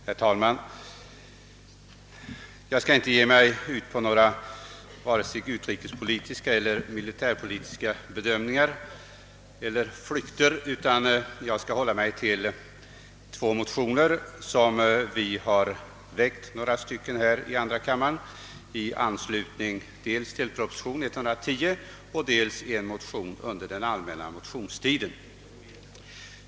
Herr talman! Jag skall inte ge mig ut på vare sig några utrikespolitiska eller militärpolitiska bedömningar eller utflykter i övrigt, utan jag skall hålla mig till två motioner som vi på högerhåll väckt, dels i anslutning till proposition nr 110 och dels under den allmänna motionstiden.